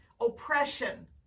oppression